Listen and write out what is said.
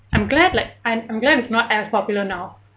I'm glad like I'm I'm glad it's not as popular now